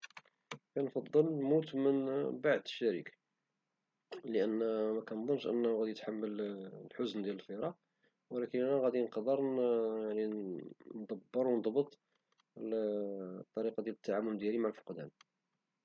كنفضل نموت من بعد الشريك لأن مكنظنش غيقدر يتحمل الحزن ديال الفراق ولكن أن غدي نقدر ندبر ونظبط الطريقة ديال التعامل ديالي مع الفقدان.